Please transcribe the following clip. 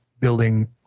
building